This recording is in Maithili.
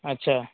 अच्छा